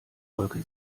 wolke